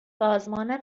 سازمان